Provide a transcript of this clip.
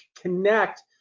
connect